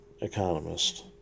economist